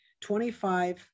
25